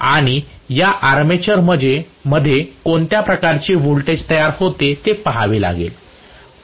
आणि या आर्मेचरमध्ये कोणत्या प्रकारचे व्होल्टेज तयार होते ते पाहावे लागेल